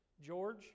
George